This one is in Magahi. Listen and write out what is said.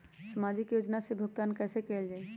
सामाजिक योजना से भुगतान कैसे कयल जाई?